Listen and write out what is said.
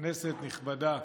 כנסת נכבדה,